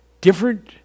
different